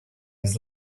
his